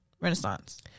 Renaissance